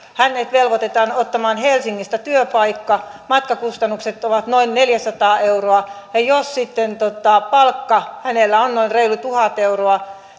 velvoitetaan ottamaan helsingistä työpaikka matkakustannukset ovat noin neljäsataa euroa ja jos sitten palkka hänellä on noin reilut tuhat euroa